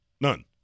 None